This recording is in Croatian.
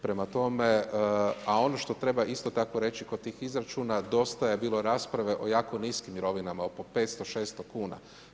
Prema tome, a ono što treba isto tako reći, kod tih izračuna, dosta je bilo rasprave o jako niskim mirovinama, oko 500-600 kn.